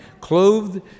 clothed